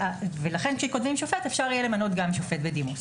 לכן כאשר כותבים שופט, אפשר למנות גם שופט בדימוס.